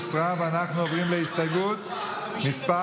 ואנחנו עוברים להסתייגות מס'